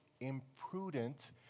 imprudent